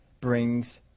brings